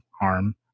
harm